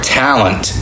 talent